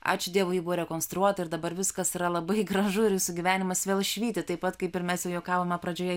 ačiū dievui ji buvo rekonstruota ir dabar viskas yra labai gražu ir jūsų gyvenimas vėl švyti taip pat kaip ir mes juokavome pradžioje